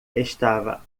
estava